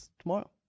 tomorrow